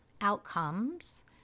outcomes